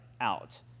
out